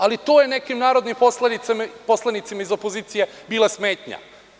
Ali, i to je nekim narodnim poslanicima iz opozicije bila smetnja.